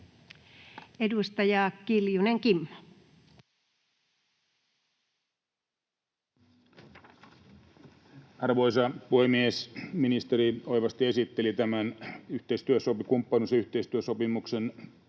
Edustaja Kiljunen, Kimmo. Arvoisa puhemies! Ministeri oivasti esitteli tämän kumppanuus- ja yhteistyösopimuksen